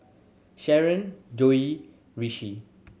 Sharen Joi Rishi